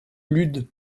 lude